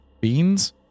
beans